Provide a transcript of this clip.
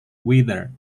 weather